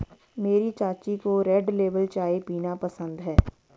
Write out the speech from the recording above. मेरी चाची को रेड लेबल चाय पीना पसंद है